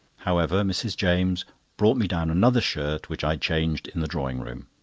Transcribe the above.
however, mrs. james brought me down another shirt, which i changed in the drawing-room.